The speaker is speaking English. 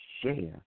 share